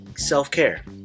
self-care